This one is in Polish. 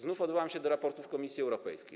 Znów odwołam się do raportów Komisji Europejskiej.